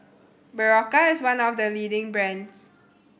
Berocca is one of the leading brands